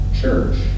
church